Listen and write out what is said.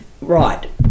Right